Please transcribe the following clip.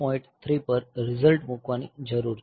3 પર રીઝલ્ટ મૂકવાની જરૂર છે